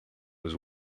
was